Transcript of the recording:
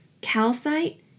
calcite